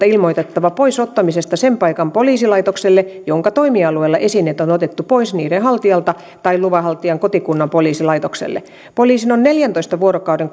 ilmoitettava pois ottamisesta sen paikan poliisilaitokselle jonka toimialueella esineet on otettu pois niiden haltijalta tai luvanhaltijan kotikunnan poliisilaitokselle poliisin on neljäntoista vuorokauden